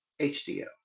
HDL